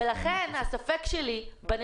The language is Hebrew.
לכן יש לי ספק לגבי